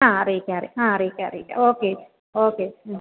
ആ അറിയിക്കാം ആ അറിയിക്കാം അറിയിക്കാം ഓക്കെ ഓക്കെ